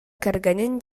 кэргэнин